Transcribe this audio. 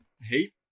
Hey